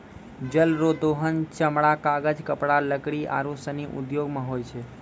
जल रो दोहन चमड़ा, कागज, कपड़ा, लकड़ी आरु सनी उद्यौग मे होय छै